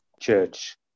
church